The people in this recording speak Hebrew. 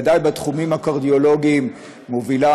ובוודאי בתחומים הקרדיולוגיים היא מובילה,